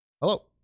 Hello